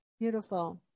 Beautiful